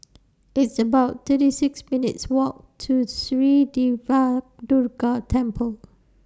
It's about thirty six minutes' Walk to Sri Diva Durga Temple